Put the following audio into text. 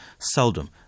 seldom